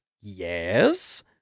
yes